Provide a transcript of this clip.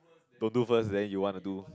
don't do first then you want to do